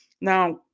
Now